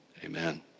Amen